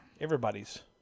Everybody's